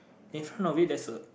infront of it there's a